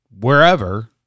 wherever